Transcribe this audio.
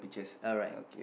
alright